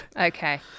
Okay